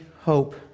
hope